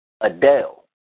Adele